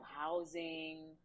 housing